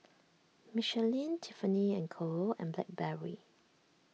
Michelin Tiffany and Co and Blackberry